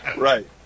Right